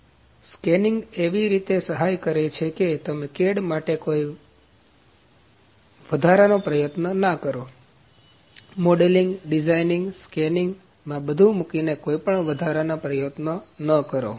તેથી સ્કેનીંગ એવી રીતે સહાય કરે છે કે તમે કેડ માટે કોઈ વાદારનો પ્રયત્ન ના કરો મોડેલિંગ ડિઝાઇનિંગ સ્કેનિંગમાં બધું મૂકીને કોઈપણ વધારાના પ્રયત્નો ન કરો